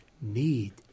need